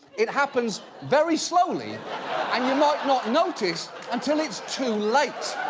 it happens very slowly and you might not notice until it's too late.